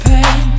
Pain